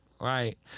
right